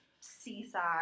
seaside